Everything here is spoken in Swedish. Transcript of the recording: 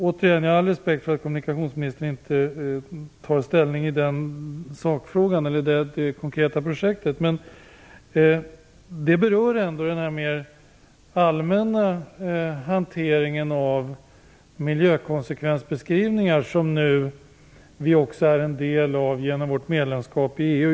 Återigen med all respekt för att kommunikationsministern inte tar ställning när det gäller det konkreta projektet, vill jag säga att sakfrågan ändock berör den allmänna hanteringen av miljökonsekvensbeskrivningar som vi också är en del av genom vårt medlemskap i EU.